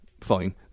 fine